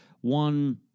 One